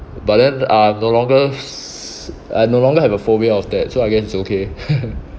but then ah no longer s~ I no longer have a phobia of that so I guess it's okay